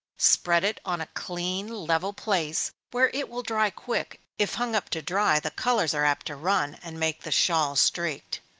spread it on a clean, level place, where it will dry quick if hung up to dry, the colors are apt to run, and make the shawl streaked.